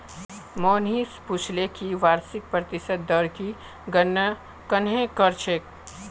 मोहनीश पूछले कि वार्षिक प्रतिशत दर की गणना कंहे करछेक